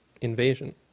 invasion